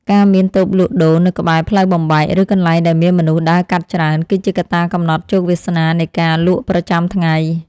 ការមានតូបលក់ដូរនៅក្បែរផ្លូវបំបែក ឬកន្លែងដែលមានមនុស្សដើរកាត់ច្រើន គឺជាកត្តាកំណត់ជោគវាសនានៃការលក់ប្រចាំថ្ងៃ។